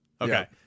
okay